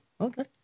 Okay